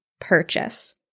purchase